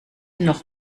noch